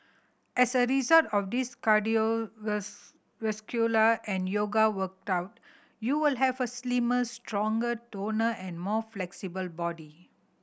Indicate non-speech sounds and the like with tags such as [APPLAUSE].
as a result of this [UNINTELLIGIBLE] and yoga workout you will have a slimmer stronger toner and more flexible body